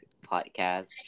podcast